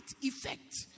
effect